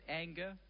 anger